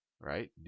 Right